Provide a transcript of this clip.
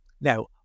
Now